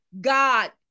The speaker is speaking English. God